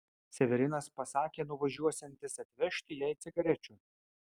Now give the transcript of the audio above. severinas pasakė nuvažiuosiantis atvežti jai cigarečių